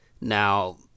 Now